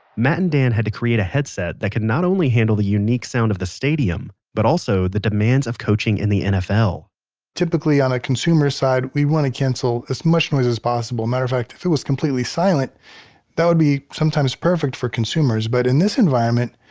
matt and dan had to create a headset that could handle not only the unique sound of the stadium, but also the demands of coaching in the nfl typically on a consumer side we want to cancel as much noise as possible, matter of fact if it was completely silent that would be sometimes perfect for consumers, but in this environment,